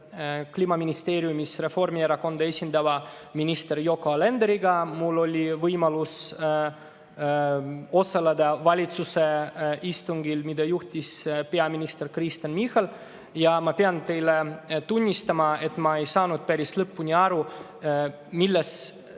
Kliimaministeeriumis Reformierakonda esindava ministri Yoko Alenderiga. Mul oli võimalus osaleda ka valitsuse istungil, mida juhtis peaminister Kristen Michal. Ma pean teile tunnistama, et ma ei saanud päris lõpuni aru, mida